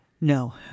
No